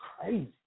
crazy